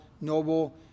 noble